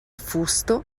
fusto